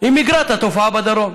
היא מיגרה את התופעה בדרום.